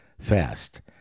fast